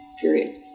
period